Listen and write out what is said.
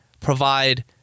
provide